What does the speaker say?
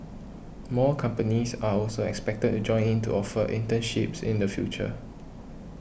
more companies are also expected to join in to offer internships in the future